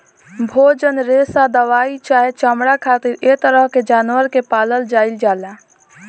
भोजन, रेशा दवाई चाहे चमड़ा खातिर ऐ तरह के जानवर के पालल जाइल जाला